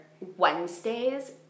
Wednesdays